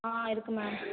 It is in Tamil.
ஆ இருக்கு மேம்